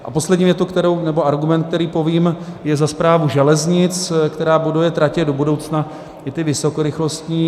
A poslední větu nebo argument, který povím, je za Správu železnic, která buduje tratě, do budoucna i ty vysokorychlostní.